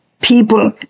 people